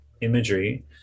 imagery